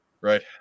Right